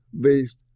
based